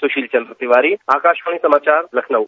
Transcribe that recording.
सुशील चंद्र तिवारी आकाशवाणी समाचार लखनऊ